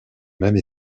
même